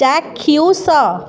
ଚାକ୍ଷୁଷ